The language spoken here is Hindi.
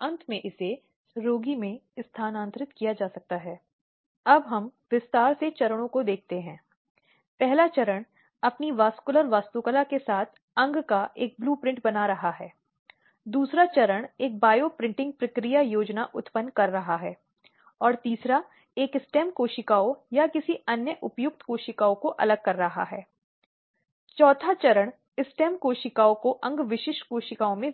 अब अधिनियम घरेलू हिंसा अधिनियम 2005 के तहत घरेलू हिंसा शब्द में सभी प्रकार के दुर्व्यवहार या दुरुपयोग की धमकी या शारीरिक यौन मौखिक भावनात्मक और आर्थिक प्रकृति शामिल है जो संकेतक स्वास्थ्य सुरक्षा जीवन अंग को चोट पहुंचा सकती है जिसमे दुखी